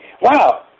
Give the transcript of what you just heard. Wow